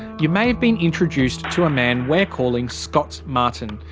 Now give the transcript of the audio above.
you may have been introduced to a man we're calling scott martin.